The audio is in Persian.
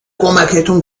کمکتون